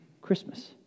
Christmas